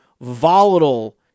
volatile